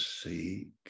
seek